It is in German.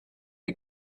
der